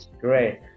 great